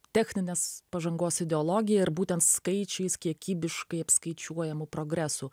technines pažangos ideologija ir būtent skaičiais kiekybiškai apskaičiuojamu progresu